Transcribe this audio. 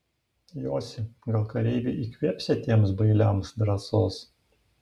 josi gal kareiviai įkvėpsią tiems bailiams drąsos